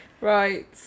Right